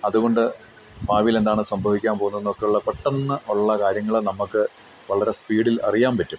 അതുകൊണ്ട് ഭാവിയിലെന്താണ് സംഭവിക്കാൻ പോകുന്നത് ഒക്കെയുള്ള പെട്ടെന്ന് ഒള്ള കാര്യങ്ങൾ നമുക്ക് വളരെ സ്പീഡിൽ അറിയാൻ പറ്റും